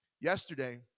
yesterday